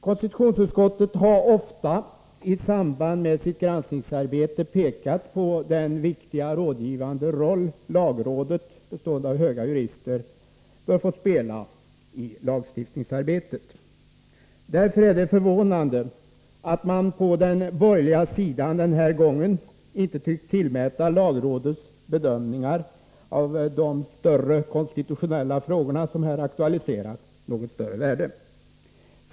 Konstitutionsutskottet har ofta i samband med sitt granskningsarbete pekat på den viktiga rådgivande roll som lagrådet — bestående av högre jurister — bör få spela i lagstiftningsarbetet. Därför är det förvånande att man på den borgerliga sidan den här gången inte tycks tillmäta lagrådets bedömningar av de större konstitutionella frågor som här aktualiserats något större värde.